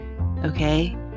Okay